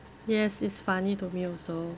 yes it's funny to me also